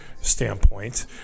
standpoint